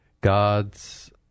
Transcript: god's